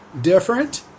different